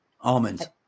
Almonds